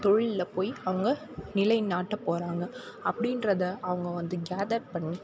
தொழிலில் போய் அவங்க நிலைநாட்ட போகிறாங்க அப்படின்றத அவங்க வந்து கேதர் பண்ணி